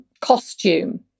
costume